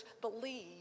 believe